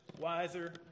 wiser